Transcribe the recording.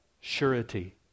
surety